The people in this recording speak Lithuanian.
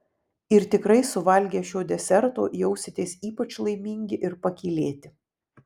ir tikrai suvalgę šio deserto jausitės ypač laimingi ir pakylėti